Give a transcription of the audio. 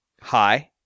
Hi